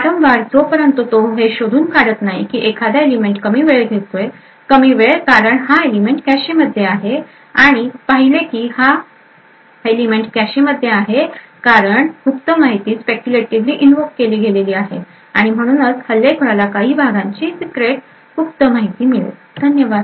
वारंवार जोपर्यंत तो हे शोधून काढत नाही की एखादा एलिमेंट कमी वेळ घेतोय कमी वेळ कारण हा हा एलिमेंट कॅशे मध्ये आहे आणि पाहिले की हा एलिमेंट कॅशे मध्ये आहे कारण गुप्त माहिती स्पेक्यूलेटीव्हली इनव्होक केली गेलेली आहे आणि म्हणूनच हल्लेखोराला काही भागांची सीक्रेट गुप्त माहिती मिळेल धन्यवाद